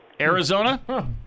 Arizona